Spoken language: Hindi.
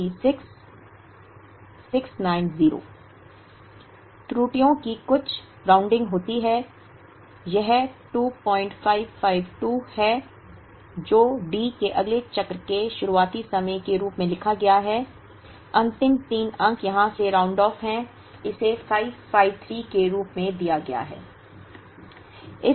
त्रुटियों की कुछ राउंडिंगहोती है यह 2552 है जो D के अगले चक्र के शुरुआती समय के रूप में लिखा गया है अंतिम 3 अंक यहां से राउंडेड ऑफ है इसे 553 के रूप में दिया गया है